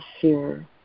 fear